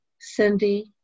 Cindy